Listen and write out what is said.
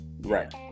right